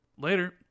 Later